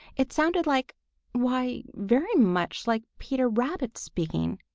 it sounded like why, very much like peter rabbit speaking.